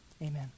amen